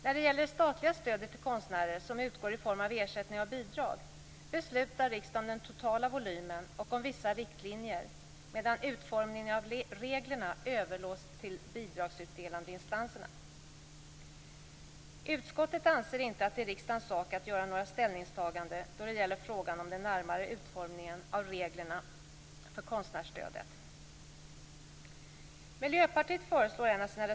När det gäller det statliga stöd till konstnärer som utgår i form av ersättningar och bidrag beslutar riksdagen om den totala volymen och om vissa riktlinjer, medan utformningen av reglerna överlåtits till de bidragsutdelande instanserna. Utskottet anser inte att det är riksdagens sak att göra några ställningstaganden då det gäller frågan om den närmare utformningen av reglerna för konstnärsstödet.